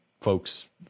folks